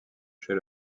chez